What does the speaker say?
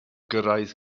gyrraedd